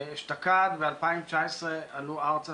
אשתקד, ב-2019, עלו ארצה